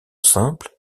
simple